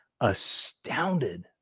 astounded